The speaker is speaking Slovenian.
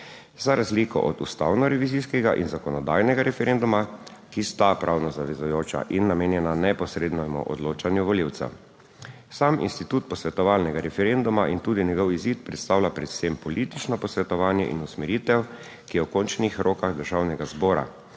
Za razliko od ustavnorevizijskega in zakonodajnega referenduma, ki sta pravno zavezujoča in namenjena neposrednemu odločanju volivcev, sam institut posvetovalnega referenduma in tudi njegov izid predstavlja predvsem politično posvetovanje in usmeritev, ki je v končnih rokah Državnega zbora,